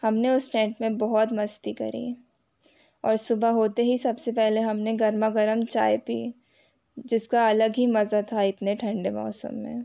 हम ने उस टेंट में बहुत मस्ती करी और सुबह होते ही सब से पहले हम ने गरमा गर्म चाय पी जिसका अलग ही मज़ा था इतने ठंडे मौसम में